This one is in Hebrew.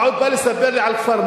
אתה עוד בא לספר לי על כפר-מנדא.